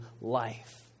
life